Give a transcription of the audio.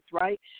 right